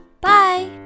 Bye